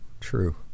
true